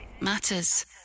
matters